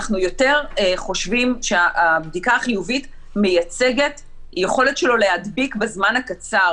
אנחנו יותר חושבים שהבדיקה החיובית מייצגת יכולת שלו להדביק בזמן הקצר.